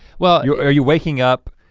well yeah are you waking up?